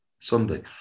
Sunday